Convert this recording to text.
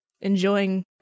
enjoying